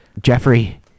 Jeffrey